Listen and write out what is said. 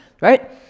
right